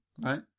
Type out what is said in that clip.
right